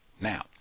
now